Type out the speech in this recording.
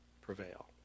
prevail